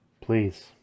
Please